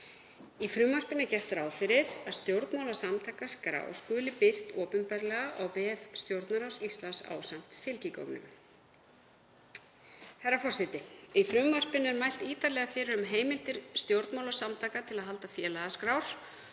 Í frumvarpinu er gert ráð fyrir að stjórnmálasamtakaskrá skuli birt opinberlega á vef Stjórnarráðs Íslands ásamt fylgigögnum. Herra forseti. Í frumvarpinu er mælt ítarlega fyrir um heimildir stjórnmálasamtaka til að halda félagaskrár